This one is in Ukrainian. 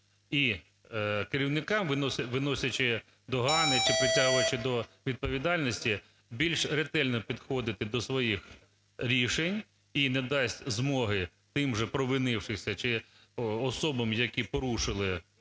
і керівникам, виносячи догани чи притягуючи до відповідальності, більш ретельно підходити до своїх рішень і не дасть змоги тим же провинившимся чи особам, які порушили свої